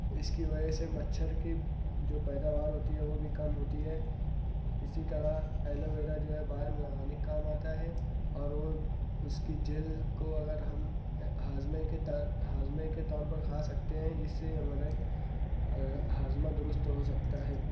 اس کی وجہ سے مچھر کی جو پیداوار ہوتی ہے وہ بھی کم ہوتی ہے اسی طرح ایلوویرا جو ہے بال میں لگانے کے کام آتا ہے اور وہ اس کی جیل کو اگر ہم ہاضمے کے طر ہاضمہ کے طور پر کھا سکتے ہیں جس سے ہمارا ہاضمہ درست ہو سکتا ہے